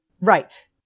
Right